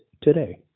today